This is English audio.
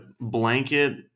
blanket